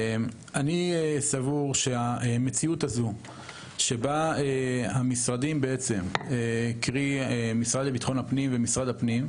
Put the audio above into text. אני סבור שהמציאות שבה המשרד לביטחון הפנים ומשרד הפנים,